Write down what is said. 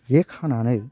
जे खानानै